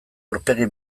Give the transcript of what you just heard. aurpegi